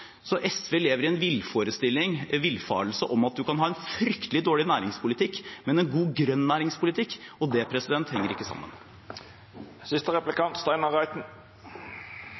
Så SV lever i den villfarelsen at man kan ha en fryktelig dårlig næringspolitikk, men en god grønn næringspolitikk, og det henger ikke sammen.